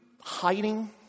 hiding